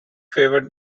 favoured